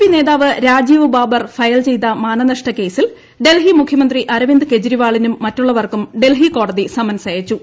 P നേതാവ് Rajiv Babbar file ചെയ്ത മാനനഷ്ട കേസിൽ ഡൽഹി മുഖ്യമ്പ്ത്രി അരവിന്ദ് കെജ്രിവാളിനും മറ്റുളളവർക്കും ഡൽഹി ്കോടതി സമൻസ് അയച്ചു